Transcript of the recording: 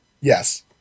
Yes